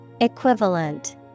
Equivalent